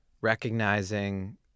Recognizing